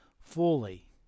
fully